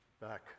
back